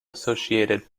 associated